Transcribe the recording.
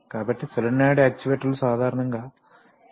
కాబట్టి సోలేనోయిడ్ యాక్చుయేటర్లు సాధారణంగా తక్కువ పరిమాణంలో ఉంటాయి